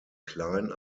klein